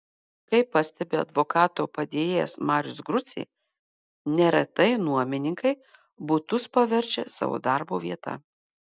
kaip pastebi advokato padėjėjas marius grucė neretai nuomininkai butus paverčia savo darbo vieta